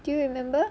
do you remember